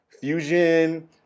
fusion